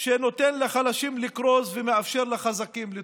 שנותן לחלשים לקרוס ומאפשר לחזקים לטרוף,